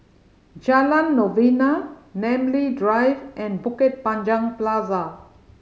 Jalan Novena Namly Drive and Bukit Panjang Plaza